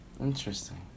Interesting